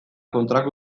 kontrako